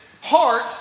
heart